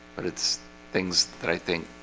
but it's things that i think